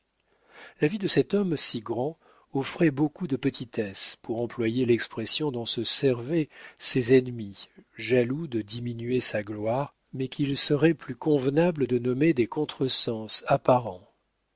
la vie de cet homme si grand offrait beaucoup de petitesses pour employer l'expression dont se servaient ses ennemis jaloux de diminuer sa gloire mais qu'il serait plus convenable de nommer des contre-sens apparents